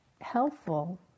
helpful